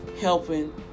helping